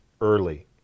early